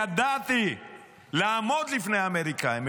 ידעתי לעמוד לפני האמריקאים,